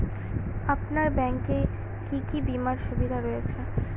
আপনার ব্যাংকে কি কি বিমার সুবিধা রয়েছে?